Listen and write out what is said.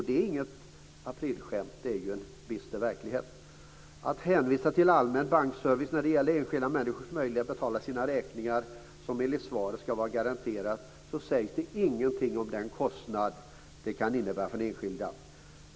Det är inget aprilskämt, det är en bister verklighet. Man hänvisar till allmän bankservice när det gäller enskilda människors möjlighet att betala sina räkningar, något som enligt svaret ska vara garanterat. Men det sägs ingenting om den kostnad som det kan innebära för den enskilde.